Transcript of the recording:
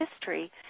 history